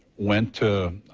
went to